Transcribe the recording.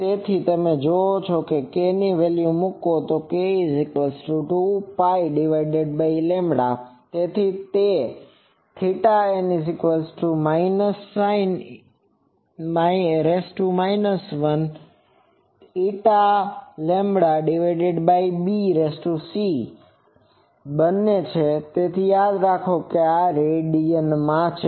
તેથી જો તમે K ની વેલ્યુ મૂકો તો k2π તેથી તે n sin 1 nλbc બને છે અને યાદ રાખો કે આ રેડિયન માં છે